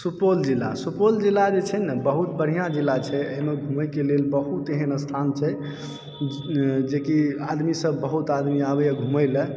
सुपौल जिला सुपौल जिला जे छै न बहुत बढ़िआँ जिला छै एहिमे घुमयके लेल बहुत एहन स्थान छै जेकि आदमीसभ बहुत आदमी आबयए घुमयलऽ